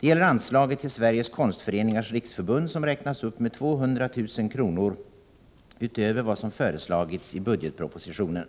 Det gäller anslaget till Sveriges Konstföreningars riksförbund som räknas upp med 200 000 kr. utöver vad som föreslagits i budgetpropositionen.